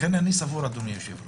לכן אני סבור, אדוני היושב-ראש